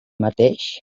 mateix